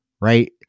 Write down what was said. right